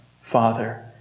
Father